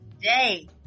day